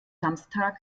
samstag